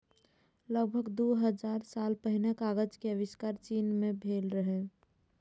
लगभग दू हजार साल पहिने कागज के आविष्कार चीन मे भेल रहै